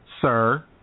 sir